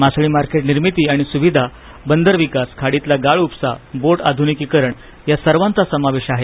मासळी मार्केट निर्मिती आणि स्विधा बंदर विकास खाडीतला गाळ उपसा बोट आध्निकीकरण या सर्वांचा समावेश आहे